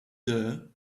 doe